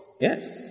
Yes